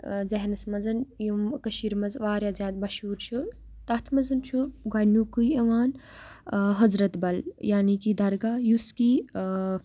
ذہنَس منٛز یِم کٔشیٖرِ منٛز واریاہ زیادٕ مشہوٗر چھُ تَتھ منٛز چھُ گۄڈنیُکُے یِوان حضرت بَل یعنے کہِ درگاہ یُس کہِ